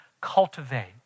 cultivate